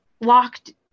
locked